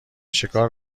شکار